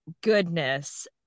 goodness